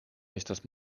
estas